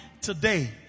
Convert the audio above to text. Today